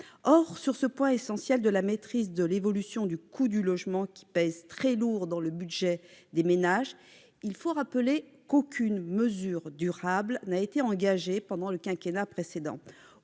Sur ce point essentiel de la maîtrise de l'évolution du coût du logement, qui pèse très lourd dans le budget des ménages, il faut rappeler qu'aucune mesure durable n'a été engagée pendant le quinquennat précédent